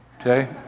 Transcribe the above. Okay